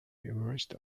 emerged